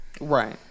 Right